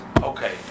okay